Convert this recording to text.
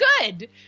good